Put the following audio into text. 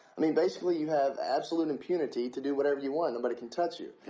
i mean basically, you have absolute impunity to do whatever you want. nobody can touch you.